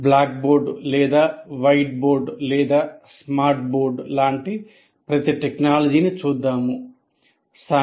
black board లేదా white board లేదా smart board లాంటి ప్రతి టెక్నాలజీ నీ చూద్దాం